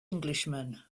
englishman